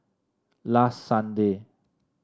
last Sunday